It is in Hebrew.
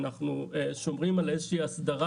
אנחנו גם שומרים על איזושהי אסדרה